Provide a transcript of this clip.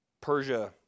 Persia